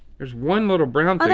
there's one little brown but